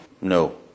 No